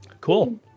Cool